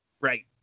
right